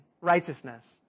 righteousness